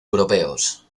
europeos